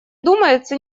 думается